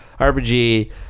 RPG